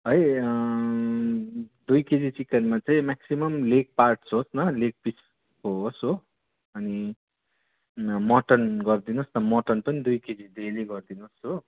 है दुई केजी चिकनमा चाहिँ म्याक्सिमम लेग पार्ट्स होस् न लेग पिस होस् हो अनि मटन गरिदिनुहोस् न मटन पनि दुई केजी डेली गरिदिनुहोस् हो